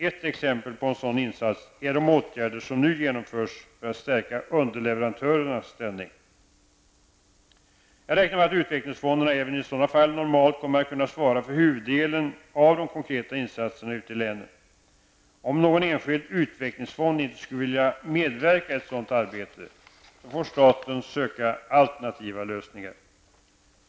Ett exempel på en sådan insats är de åtgärder som nu genomförs för att stärka underleverantörernas ställning. Jag räknar med att utvecklingsfonderna även i sådana fall normalt kommer att kunna svara för huvuddelen av de konkreta insatserna ute i länen. Om någon enskild utvecklingsfond inte skulle vilja medverka i ett sådant arbete får staten söka alternativa lösningar.